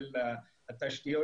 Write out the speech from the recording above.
של התשתיות,